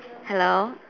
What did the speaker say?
hello